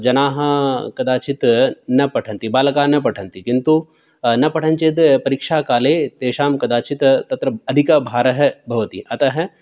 जनाः कदाचित् न पठन्ति बालकाः न पठन्ति किन्तु न पठन्ति चेत् परीक्षाकाले तेषां कदाचित् तत्र अधिकः भारः भवति अतः